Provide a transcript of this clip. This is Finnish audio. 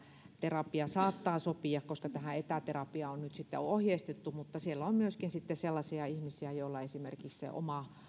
terapia saattaa sopia koska tähän etäterapiaan on nyt ohjeistettu mutta siellä on myöskin sellaisia ihmisiä joilla esimerkiksi se